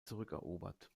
zurückerobert